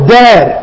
dead